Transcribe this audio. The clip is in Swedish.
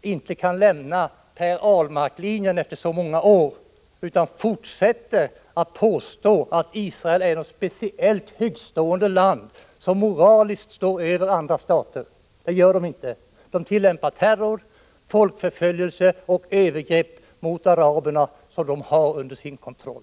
inte kan lämna Per Ahlmark-linjen efter så många år utan fortsätter att påstå att Israel är ett speciellt högtstående land, som moraliskt står över andra stater. Det är inte så. Israel tillämpar terror, folkförföljelse och övergrepp mot araberna, som de har under sin kontroll.